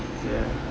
ya